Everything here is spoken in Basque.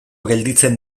gelditzen